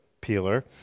peeler